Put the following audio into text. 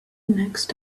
next